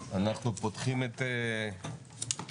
אנחנו פותחים את ישיבת הוועדה לשבוע הזה,